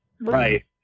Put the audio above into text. Right